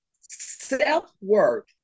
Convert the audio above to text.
Self-worth